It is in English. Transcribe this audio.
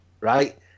Right